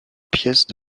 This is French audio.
pièces